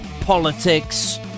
politics